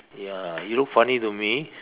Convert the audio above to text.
ya you look funny to me